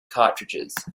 cartridges